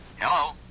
Hello